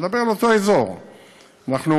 אני מדבר על אותו אזור.